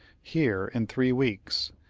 here in three weeks,